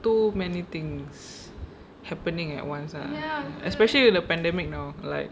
too many things happening at once especially the pandemic now like